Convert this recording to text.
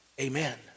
amen